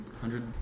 hundred